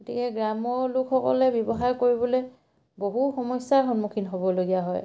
গতিকে গ্ৰাম্য লোকসকলে ব্যৱসায় কৰিবলে বহু সমস্যাৰ সন্মুখীন হ'বলগীয়া হয়